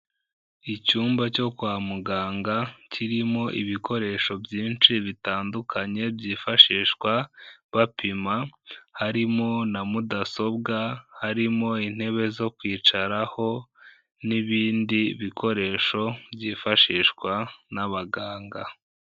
Icyumba cyo kwa muganga kirimo ibikoresho byinshi bitandukanye byifashishwa bapima, harimo na mudasobwa, harimo intebe zo kwicaraho n'ibindi bikoresho byifashishwa n'abaganga.